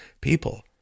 people